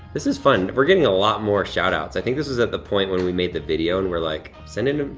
this is fun we're getting a lot more shout-outs. i think this was at the point when we made the video and we're like send in,